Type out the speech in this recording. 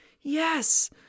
Yes